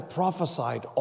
prophesied